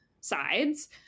sides